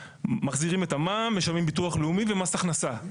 מחזירים את המע"מ, משלמים ביטוח לאומי ומס הכנסה.